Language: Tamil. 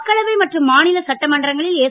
மக்களவை மற்றும் மாநில சட்டமன்றங்களில் எஸ்